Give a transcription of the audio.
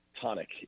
tonic